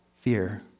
fear